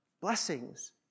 blessings